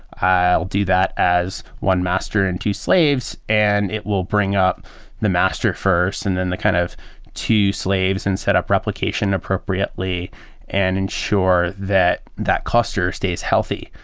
i'll do that as one master and two slaves and it will bring up the master first and then the kind of two slaves and set up replication appropriately and ensure that that cluster stays healthy.